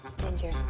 Ginger